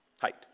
height